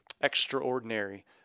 extraordinary